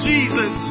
Jesus